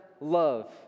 love